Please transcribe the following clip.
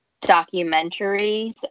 documentaries